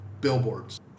billboards